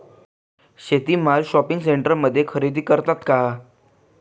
शेती माल शॉपिंग सेंटरमध्ये खरेदी करतात का?